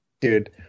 dude